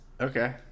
Okay